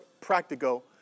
practical